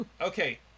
Okay